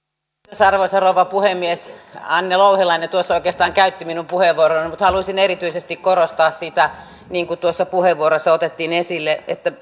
arvoisa rouva puhemies anne louhelainen tuossa oikeastaan käytti minun puheenvuoroni mutta haluaisin erityisesti korostaa sitä niin kuin tuossa puheenvuorossa otettiin esille että